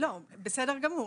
בסדר גמור.